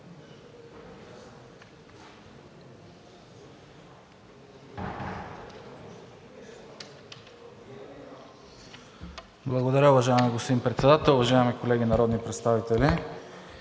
Благодаря, уважаеми господин Председател. Уважаеми колеги народни представители,